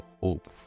hope